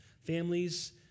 families